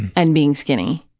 and being skinny.